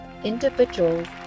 individuals